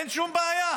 אין שום בעיה.